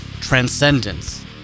Transcendence